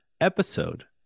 episode